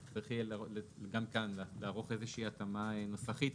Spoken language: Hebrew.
אז צריך יהיה גם כאן לערוך איזושהי התאמה נוסחית,